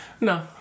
No